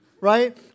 right